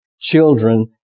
children